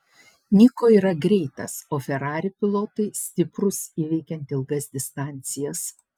niko yra greitas o ferrari pilotai stiprūs įveikiant ilgas distancijas